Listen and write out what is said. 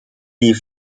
die